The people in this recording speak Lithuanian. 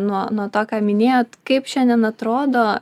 nuo nuo to ką minėjot kaip šiandien atrodo